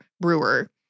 brewer